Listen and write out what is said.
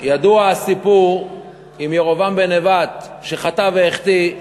ידוע הסיפור על ירבעם בן נבט, שחטא והחטיא,